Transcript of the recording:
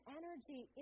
energy